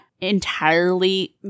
entirely